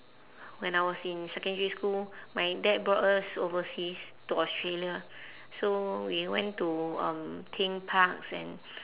when I was in secondary school my dad brought us overseas to australia so we went to um theme parks and